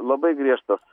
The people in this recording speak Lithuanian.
labai griežtas